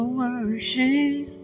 worship